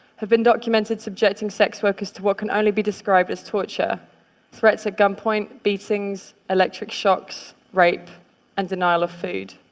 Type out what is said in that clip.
have been documented subjecting sex workers to what can only be described as torture threats at gunpoint, beatings, electric shocks, rape and denial of food.